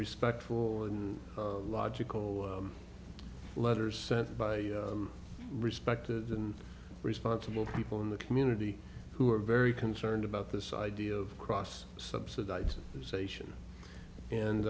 respectful and logical letters sent by respected and responsible people in the community who are very concerned about this idea of cross subsidized station and